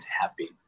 happy